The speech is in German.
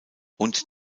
und